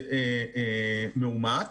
זה מאומת